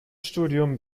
studium